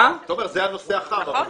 זה הנושא החם.